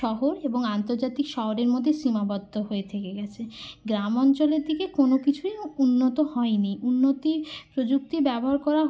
শহর এবং আন্তর্জাতিক শহরের মধ্যে সীমাবদ্ধ হয়ে থেকে গেছে গ্রাম অঞ্চলের দিকে কোনো কিছুই উন্নত হয়নি উন্নতি প্রযুক্তি ব্যবহার করা